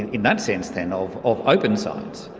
in that sense then, of of open science.